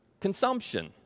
consumption